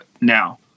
now